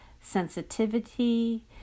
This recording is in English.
sensitivity